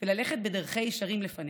וללכת בדרכי ישרים לפניך.